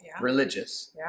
religious